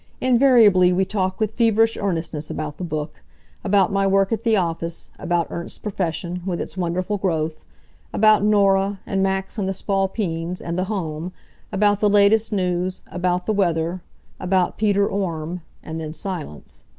invariably we talk with feverish earnestness about the book about my work at the office about ernst's profession, with its wonderful growth about norah, and max and the spalpeens, and the home about the latest news about the weather about peter orme and then silence.